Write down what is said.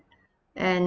and